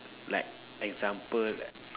like example